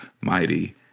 mighty